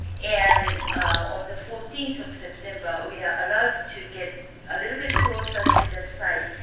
and on the fourteenth of september we are allowed to get a little bit closer to the site.